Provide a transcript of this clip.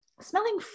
smelling